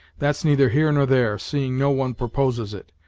that's neither here nor there, seeing no one proposes it,